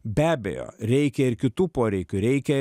be abejo reikia ir kitų poreikių reikia